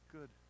Good